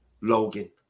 Logan